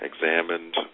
examined